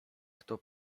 kto